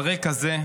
על רקע זה,